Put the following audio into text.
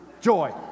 joy